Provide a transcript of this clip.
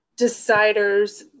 deciders